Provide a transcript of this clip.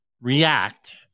react